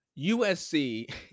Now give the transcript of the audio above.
USC